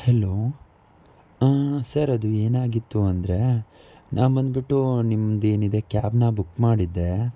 hello sir ಅದು ಏನಾಗಿತ್ತು ಅಂದರೆ ನಾನು ಬಂದುಬಿಟ್ಟು ನಿಮ್ಮದೇನಿದೆ ಕ್ಯಾಬನ್ನ ಬುಕ್ ಮಾಡಿದ್ದೆ